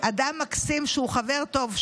אדם מקסים שהוא חבר טוב שלי,